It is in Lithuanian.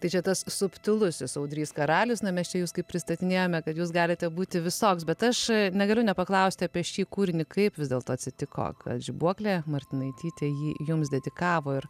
tai čia tas subtilusis audrys karalius na mes čia jus kaip pristatinėjome kad jūs galite būti visoks bet aš negaliu nepaklausti apie šį kūrinį kaip vis dėlto atsitiko kad žibuoklė martinaitytė jį jums dedikavo ir